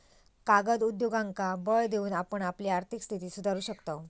कागद उद्योगांका बळ देऊन आपण आपली आर्थिक स्थिती सुधारू शकताव